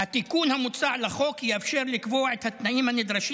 "התיקון המוצע לחוק יאפשר לקבוע את התנאים הנדרשים